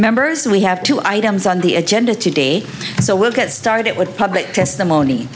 members we have two items on the agenda today so we'll get started it with public testimony